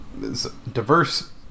diverse